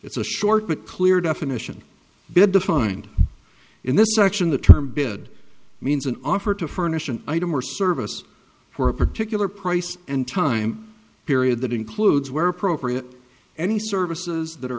it's a short but clear definition bid defined in this section the term bid means an offer to furnish an item or service for a particular price and time period that includes where appropriate any services that are